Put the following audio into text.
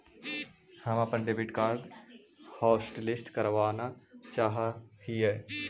हम अपन debit card hotlist करावाना चाहा हियई